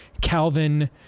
Calvin—